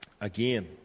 Again